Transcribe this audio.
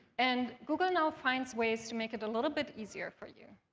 and google now finds ways to make it a little bit easier for you.